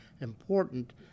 important